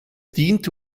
diente